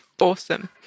Awesome